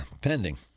pending